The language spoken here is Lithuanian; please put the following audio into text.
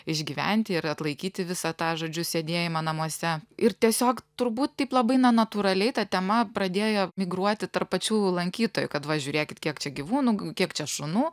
išgyventi ir atlaikyti visą tą žodžiu sėdėjimą namuose ir tiesiog turbūt taip labai na natūraliai ta tema pradėjo migruoti tarp pačių lankytojų kad va žiūrėkit kiek čia gyvūnų kiek čia šunų